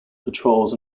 patrols